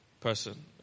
person